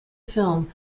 film